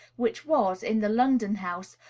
which was, in the london house,